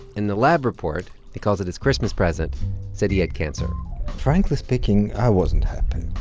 and the lab report he calls it his christmas present said he had cancer frankly speaking, i wasn't happy